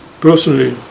personally